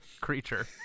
creature